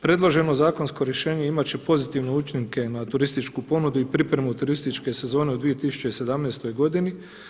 Predloženo zakonsko rješenje imat će pozitivne učinke na turističku ponudi i pripremu turističke sezone u 2017. godini.